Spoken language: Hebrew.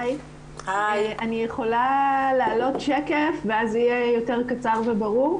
אני יכולה להעלות שקף, ואז יהיה יותר קצר וברור.